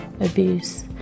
abuse